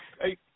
Hey